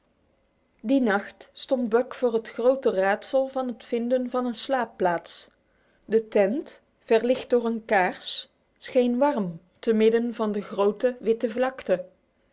die nacht stond buck voor het grote raadsel van het vinden van een slaapplaats de tent verlicht door een kaars scheen warm te midden van de grote witte vlakte